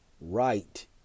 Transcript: right